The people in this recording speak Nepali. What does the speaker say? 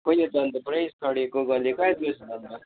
खै यो त अन्त पुरै सढिएको गलिएको आइपुगेछ त अन्त